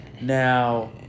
Now